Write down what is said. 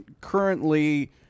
currently